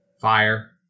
fire